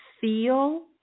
feel